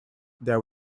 there